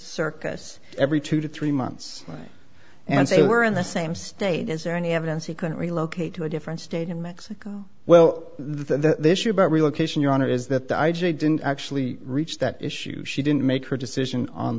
this every two to three months and say we're in the same state is there any evidence he could relocate to a different state in mexico well the issue about relocation your honor is that the i g didn't actually reach that issues she didn't make her decision on